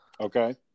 Okay